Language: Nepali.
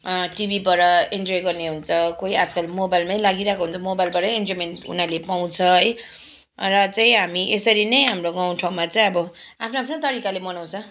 टिभीबाट इन्जोय गर्ने हुन्छ कोही आजकल मोबाइलमै लागिरहेको हुन्छ मोबाइलबाटै इन्जोयमेन्ट उनीहरूले पाउँछ है र चाहिँ हामी यसरी नै हाम्रो गाउँठाउँमा चाहिँ अब आफ्नो आफ्नो तरिकाले मनाउँछ